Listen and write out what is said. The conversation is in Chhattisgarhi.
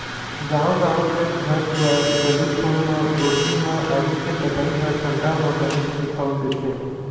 गाँव गाँव के घर दुवार गली खोर म गोरसी म आगी के तपई ह ठंडा म बनेच दिखउल देथे